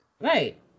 Right